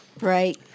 Right